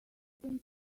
can